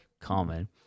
common